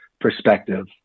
perspective